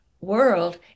world